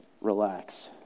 relax